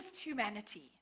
humanity